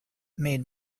made